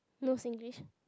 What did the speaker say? no Singlish